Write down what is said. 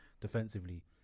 defensively